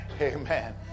Amen